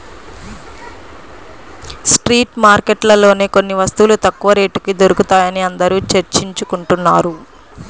street మార్కెట్లలోనే కొన్ని వస్తువులు తక్కువ రేటుకి దొరుకుతాయని అందరూ చర్చించుకుంటున్నారు